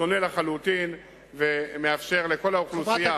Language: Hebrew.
שונה לחלוטין ומאפשר לכל האוכלוסייה,